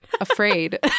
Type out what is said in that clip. afraid